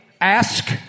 Ask